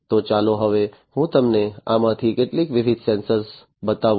તો ચાલો હવે હું તમને આમાંથી કેટલાક વિવિધ સેન્સર બતાવું